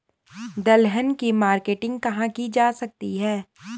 दलहन की मार्केटिंग कहाँ की जा सकती है?